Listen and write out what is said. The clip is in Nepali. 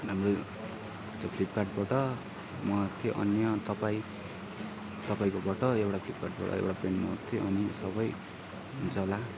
हाम्रो त्यो फ्लिपकार्टबाट वहाँ के अन्य तपाईँ तपाईँकोबाट एउटा फ्लिपकार्टबाट एउटा प्यान्ट मगाएको थिएँ अनि सबै हुन्छ होला